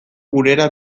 gurera